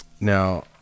Now